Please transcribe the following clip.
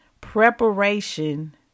Preparation